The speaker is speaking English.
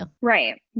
Right